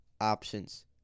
options